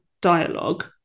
dialogue